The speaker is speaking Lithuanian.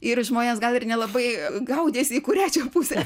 ir žmonės gal ir nelabai gaudėsi į kurią pusę